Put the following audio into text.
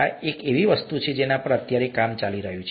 આ એવી વસ્તુ છે જેના પર અત્યારે કામ ચાલી રહ્યું છે